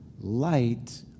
Light